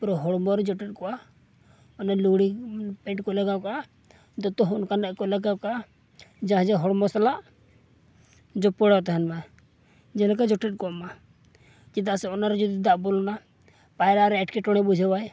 ᱯᱩᱨᱟᱹ ᱦᱚᱲᱢᱚᱨᱮ ᱡᱚᱴᱮᱫᱠᱚᱜᱼᱟ ᱚᱱᱮ ᱞᱩᱲᱤ ᱯᱮᱱᱴᱠᱚ ᱞᱟᱜᱟᱣᱠᱟᱜᱼᱟ ᱫᱚᱛᱚ ᱦᱚᱸ ᱚᱱᱠᱟᱱᱟᱜ ᱠᱚ ᱞᱟᱜᱟᱣᱠᱟᱜᱼᱟ ᱡᱟᱦᱟᱸᱼᱡᱟᱦᱟᱸ ᱦᱚᱲᱢᱚ ᱥᱟᱞᱟᱜ ᱡᱚᱯᱚᱲᱟᱣ ᱛᱟᱦᱮᱱᱼᱢᱟ ᱡᱮᱞᱮᱠᱟ ᱡᱚᱴᱮᱫ ᱠᱚᱜᱼᱢᱟ ᱪᱮᱫᱟᱜ ᱥᱮ ᱚᱱᱟᱨᱮ ᱡᱩᱫᱤ ᱫᱟᱜ ᱵᱚᱞᱚᱱᱟ ᱯᱟᱭᱨᱟᱜ ᱨᱮ ᱮᱴᱠᱮᱴᱚᱬᱮ ᱵᱩᱡᱷᱟᱹᱣᱟᱭ